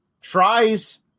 tries